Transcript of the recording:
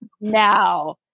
now